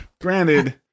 Granted